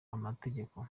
amategeko